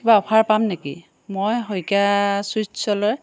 কিবা অফাৰ পাম নেকি মই শইকীয়া ছুইটছলৈ